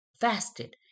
fasted